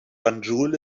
banjul